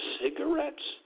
cigarettes